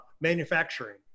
manufacturing